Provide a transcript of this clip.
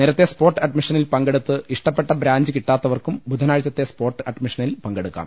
നേരത്തെ സ്പോട്ട് അഡ്മിഷനിൽ പങ്കെടുത്ത് ഇഷ്ടപ്പെട്ട ബ്രാഞ്ച് കിട്ടാത്തവർക്കും ബുധനാഴ്ചത്തെ സ്പോട്ട് അഡ്മിഷനിൽ പങ്കെടുക്കാം